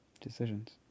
decisions